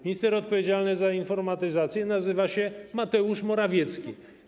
Minister odpowiedzialny za informatyzację nazywa się Mateusz Morawiecki.